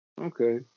Okay